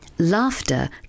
Laughter